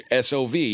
SOV